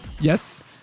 Yes